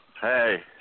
Hey